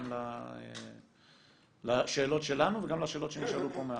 גם לשאלות שלנו וגם לשאלות שנשאלו מהקהל,